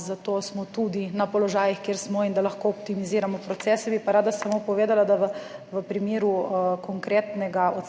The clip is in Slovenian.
za to smo tudi na položajih, kjer smo, in da lahko optimiziramo procese. Bi pa rada samo povedala, da v primeru konkretnega odstrela,